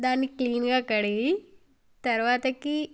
దాన్ని క్లీన్గా కడిగి తర్వాత